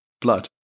Blood